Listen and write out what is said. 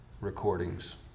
recordings